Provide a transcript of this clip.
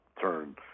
turn